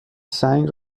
سنگ